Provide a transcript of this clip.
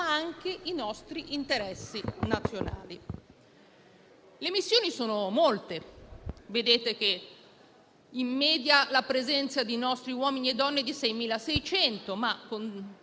ma anche i nostri interessi nazionali. Le missioni sono molte e in media la presenza di nostri uomini e donne è di 6.600 unità,